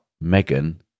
Megan